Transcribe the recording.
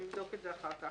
אבדוק את זה אחר כך.